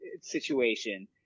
situation